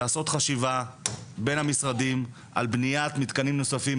לעשות חשיבה בין המשרדים על בניית מתקנים נוספים,